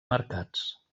mercats